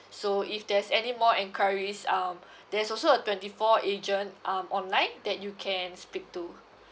so if there's any more enquiries um there's also a twenty four agent um online that you can speak to